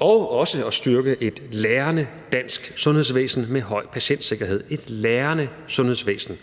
og det er der også for at styrke et lærende dansk sundhedsvæsen med høj patientsikkerhed – et lærende sundhedsvæsen.